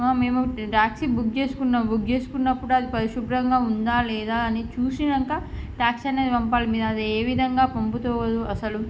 ఆ మేము taxi book చేసుకున్నాం బుక్ చేసినప్పుడు అది పరిశుభ్రంగా ఉందా లేదా అని చూసాక టాక్సీ అనేది పంపాలి మీరు అది ఏ విధంగా పంపుతారు అసలు